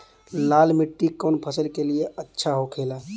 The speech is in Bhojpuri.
लाल मिट्टी कौन फसल के लिए अच्छा होखे ला?